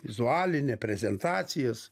vizualinę prezentacijas